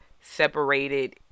separated